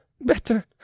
Better